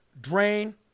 drain